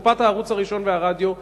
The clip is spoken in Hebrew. לקופת הערוץ הראשון והרדיו,